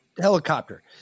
helicopter